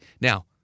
Now